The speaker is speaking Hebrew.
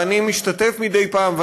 ואני משתתף מדי פעם,